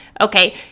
okay